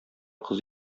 кыз